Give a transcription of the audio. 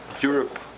Europe